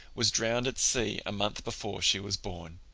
was drowned at sea a month before she was born.